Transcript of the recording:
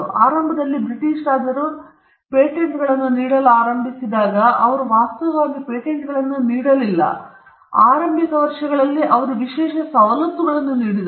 ಆರಂಭದಲ್ಲಿ ಬ್ರಿಟಿಷ್ ರಾಜರು ಪೇಟೆಂಟ್ಗಳನ್ನು ನೀಡಲು ಆರಂಭಿಸಿದಾಗ ಅವರು ವಾಸ್ತವವಾಗಿ ಪೇಟೆಂಟ್ಗಳನ್ನು ನೀಡಲಿಲ್ಲ ಆರಂಭಿಕ ವರ್ಷಗಳಲ್ಲಿ ಅವರು ವಿಶೇಷ ಸವಲತ್ತುಗಳನ್ನು ನೀಡಿದರು